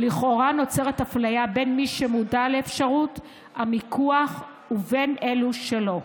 ולכאורה נוצרת אפליה בין מי שמודע לאפשרות המיקוח ובין אלו שלא.